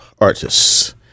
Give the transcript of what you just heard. artists